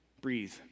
breathe